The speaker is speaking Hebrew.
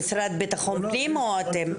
המשרד לבטחון פנים או אתם?